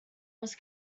was